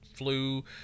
Flu